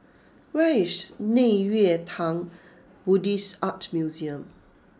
where is Nei Xue Tang Buddhist Art Museum